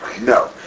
No